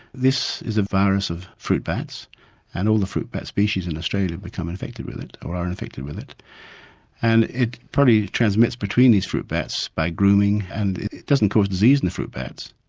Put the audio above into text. this is a virus of fruit bats and all the fruit bat species in australia become infected with it, or are infected with it and it probably transmits between these fruit bats by grooming and it doesn't cause disease in fruit bats.